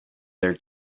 their